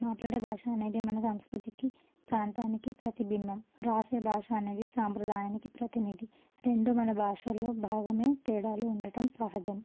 మాట్లాడే భాష అనేది మన సంస్కృతికి ప్రాంతానికి ప్రతిబింబం వ్రాసే భాష అనేది సాంప్రదాయానికి ప్రతినిధి రెండు మన భాషల్లో భాగమే తేడాలు ఉండటం సహజం